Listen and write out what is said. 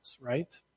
right